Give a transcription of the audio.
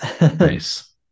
nice